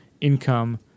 income